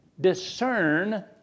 discern